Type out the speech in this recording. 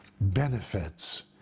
benefits